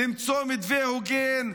למצוא מתווה הוגן,